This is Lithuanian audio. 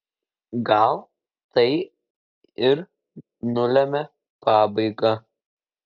gal tai ir nulemia pabaigą